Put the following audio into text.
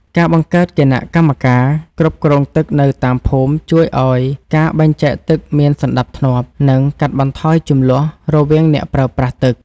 ការបង្កើតគណៈកម្មការគ្រប់គ្រងទឹកនៅតាមភូមិជួយឱ្យការបែងចែកទឹកមានសណ្តាប់ធ្នាប់ និងកាត់បន្ថយជម្លោះរវាងអ្នកប្រើប្រាស់ទឹក។